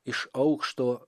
iš aukšto